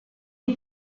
une